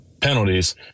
penalties